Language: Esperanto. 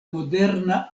moderna